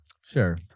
Sure